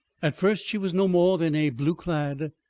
at first she was no more than a blue-clad,